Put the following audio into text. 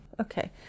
Okay